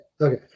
Okay